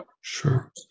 Sure